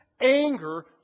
Anger